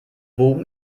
wogen